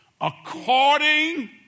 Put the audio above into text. according